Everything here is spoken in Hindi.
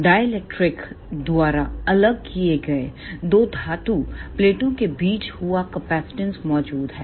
डाई इलेक्ट्रिक द्वारा अलग किए गए दो धातु प्लेटों के बीच हुआ कैपेसिटेंस मौजूद है